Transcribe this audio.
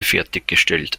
fertiggestellt